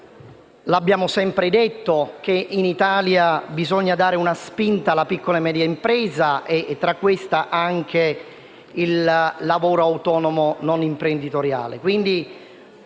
Abbiamo sempre sostenuto, infatti, che in Italia bisogna dare una spinta alla piccola e media impresa e, quindi, anche al lavoro autonomo non imprenditoriale.